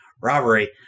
robbery